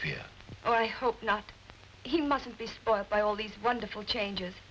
fear i hope not he mustn't be spoiled by all these wonderful changes